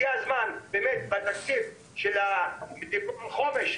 הגיע הזמן בתקציב החומש,